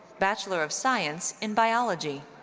bachelor of science in biology,